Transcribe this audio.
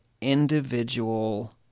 individual